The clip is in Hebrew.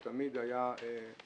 הוא תמיד היה קשוב.